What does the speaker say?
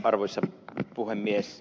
arvoisa puhemies